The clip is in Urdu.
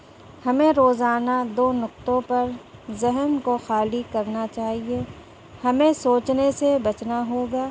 ہمیں روزانہ دو نقطوں پر ذہن کو خالی کرنا چاہیے ہمیں سوچنے سے بچنا ہوگا